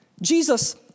Jesus